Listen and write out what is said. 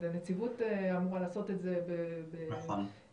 הנציבות אמורה לעשות את זה בשוטף,